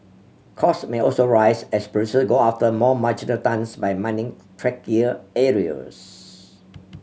costs may also rise as producers go after more marginal tons by mining trickier areas